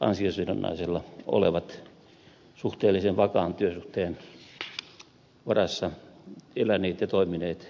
ansiosidonnaisella olevat suhteellisen vakaan työsuhteen varassa eläneet ja toimineet saavat